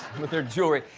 with her jewelry.